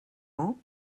ans